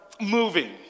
moving